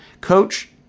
Coach